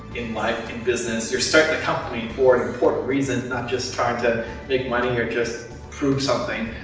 in life, in business, you're startin' a company for an important reason, not just trying to make money, or just prove something.